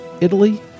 Italy